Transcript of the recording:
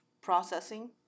processing